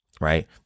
right